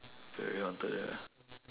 very haunted there